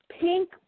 pink